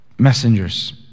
Messengers